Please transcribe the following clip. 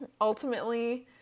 ultimately